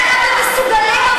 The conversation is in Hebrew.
בואו, אל תגידו לנו,